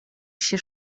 się